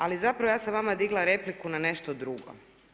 Ali zapravo ja sam vama digla repliku na nešto drugo.